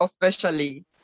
officially